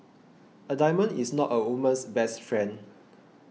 a diamond is not a woman's best friend